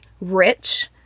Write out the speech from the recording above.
rich